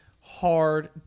hard